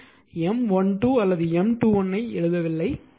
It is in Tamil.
நாம் M12 அல்லது M21 ஐ எழுதவில்லை